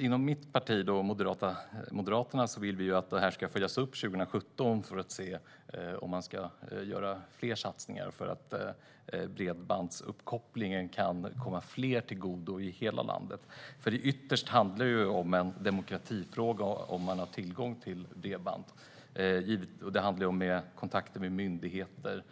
Inom mitt parti, Moderaterna, vill vi att det ska följas upp 2017 för att se om man ska göra fler satsningar för att bredbandsuppkopplingen kan komma fler till godo i hela landet. Ytterst är det en demokratifråga om man har tillgång till bredband. Det handlar om kontakter med myndigheter